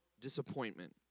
disappointment